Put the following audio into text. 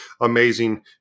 amazing